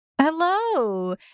Hello